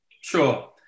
Sure